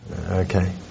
Okay